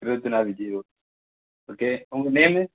இருபத்தி நாலு zero okay உங்கள் நேமு